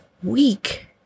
week